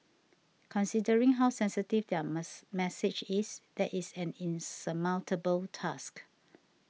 considering how sensitive their mass message is that is an insurmountable task